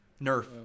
Nerf